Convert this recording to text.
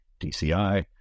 DCI